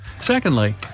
Secondly